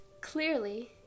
Clearly